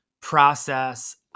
process